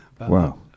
Wow